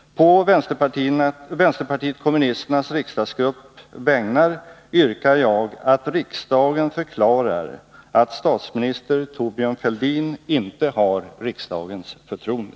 På vänsterpartiet kommunisternas riksdagsgrupps vägnar yrkar jag att riksdagen förklarar att statsminister Thorbjörn Fälldin inte har riksdagens förtroende.”